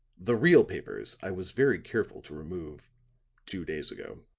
the real papers i was very careful to remove two days ago.